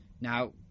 Now